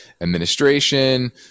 administration